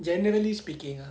generally speaking ah